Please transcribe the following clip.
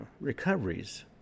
recoveries